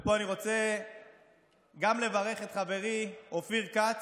פה אני רוצה גם לברך את חברי אופיר כץ,